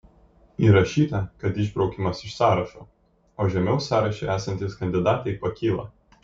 įrašyta kad išbraukiamas iš sąrašo o žemiau sąraše esantys kandidatai pakyla